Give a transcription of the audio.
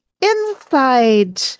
inside